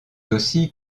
aussi